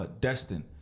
Destin